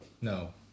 No